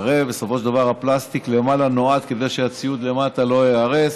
הרי בסופו של דבר הפלסטיק למעלה נועד כדי שהציוד למטה לא ייהרס.